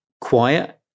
quiet